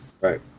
Right